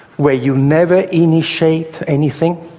where you never initiate anything,